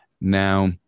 Now